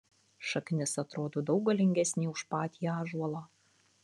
šaknis atrodo daug galingesnė už patį ąžuolą